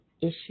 issue